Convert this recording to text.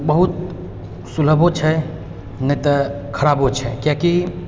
बहुत सुलभो छै नहि तऽ खराबो छै कियाकि